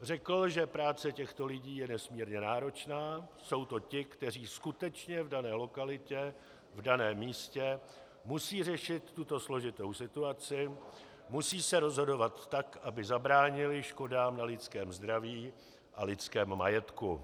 Řekl, že práce těchto lidí je nesmírně náročná, jsou to ti, kteří skutečně v dané lokalitě, v daném místě musí řešit tuto složitou situaci, musí se rozhodovat tak, aby zabránili škodám na lidském zdraví a lidském majetku.